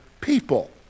people